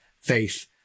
faith